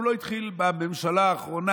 הוא לא התחיל בממשלה האחרונה,